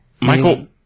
Michael